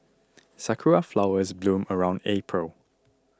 sakura flowers bloom around April